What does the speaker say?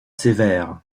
sévères